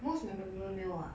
most memorable meal ah